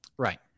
Right